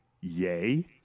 yay